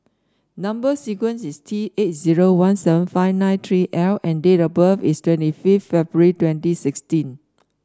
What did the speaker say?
number sequence is T eight zero one seven five nine three L and date of birth is twenty fifth February twenty sixteen